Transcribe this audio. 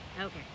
Okay